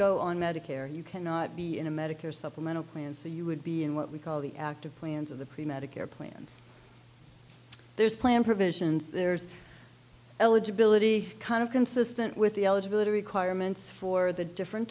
go on medicare you cannot be in a medicare supplemental plan so you would be in what we call the active plans of the premed a care plans there's plan provisions there's eligibility kind of consistent with the eligibility requirements for the different